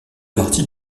partie